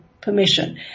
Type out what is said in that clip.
permission